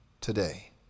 today